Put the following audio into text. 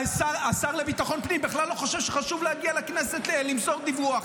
השר לביטחון פנים בכלל לא חושב שחשוב להגיע לכנסת למסור דיווח.